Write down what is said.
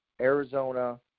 Arizona